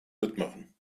mitmachen